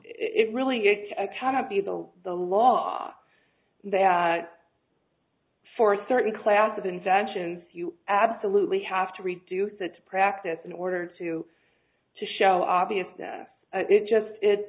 it really gets a cannot be the the law that for a certain class of infections you absolutely have to reduce it to practice in order to to show obvious that it just it